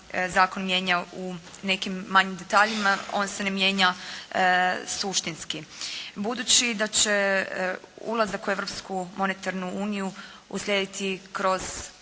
zakon mijenja u nekim manjim detaljima, on se ne mijenja suštinski. Budući da će ulazak u Europsku